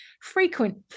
frequent